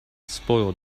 spoiled